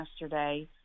yesterday